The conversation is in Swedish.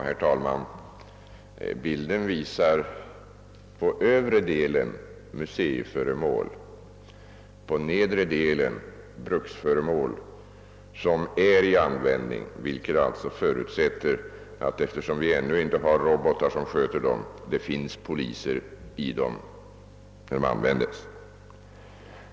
Herr talman! Bilden i broschyren visar på övre delen museiföremål och på nedre delen bruksföremål som är i användning, vilket förutsätter att det, eftersom vi ännu inte har robotar som sköter dem, finns poliser i fordonen när de användes.